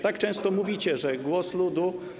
Tak często mówicie, że głos ludu.